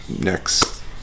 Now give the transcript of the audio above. next